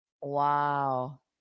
Wow